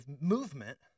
movement